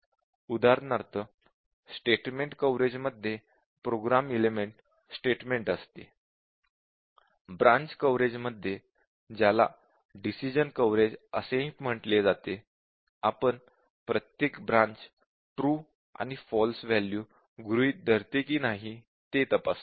उदाहरणार्थ स्टेटमेंट कव्हरेजमध्ये program element statement असते ब्रांच कव्हरेजमध्ये ज्याला डिसिश़न कव्हरेज असेही म्हटले जाते आपण प्रत्येक ब्रांच ट्रू आणि फॉल्स वॅल्यू गृहीत धरते की नाही ते तपासतो